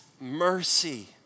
Mercy